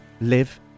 live